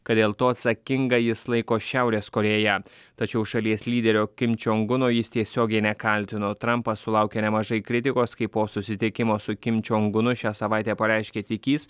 kad dėl to atsakinga jis laiko šiaurės korėją tačiau šalies lyderio kim čiong uno jis tiesiogiai nekaltino trampas sulaukė nemažai kritikos kai po susitikimo su kim čiong unu šią savaitę pareiškė tikįs